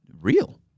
real